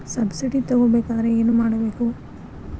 Subsidy ತಗೊಬೇಕಾದರೆ ಏನು ಮಾಡಬೇಕು?